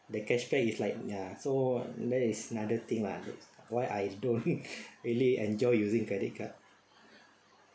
the cash back is like ya so that is another thing lah that's why I don't really enjoy using credit card